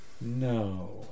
no